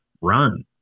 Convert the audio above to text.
run